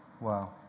Wow